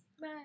bye